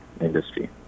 industry